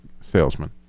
salesman